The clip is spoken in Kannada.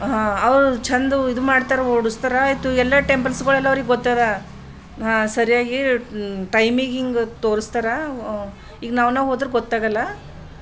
ಹಾಂ ಅವ್ರು ಚೆಂದ ಇದು ಮಾಡ್ತಾರ ಓಡಿಸ್ತಾರಾ ಆಯಿತು ಎಲ್ಲ ಟೆಂಪಲ್ಸ್ಗಳೆಲ್ಲ ಅವ್ರಿಗೆ ಗೊತ್ತಿದೆ ಹಾಂ ಸರಿಯಾಗಿ ಟೈಮಿಗಿಂಗೆ ತೋರಿಸ್ತಾರೆ ಈಗ ನಾವು ನಾವು ಹೋದರೂ ಗೊತ್ತಾಗಲ್ಲ